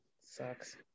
sucks